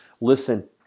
Listen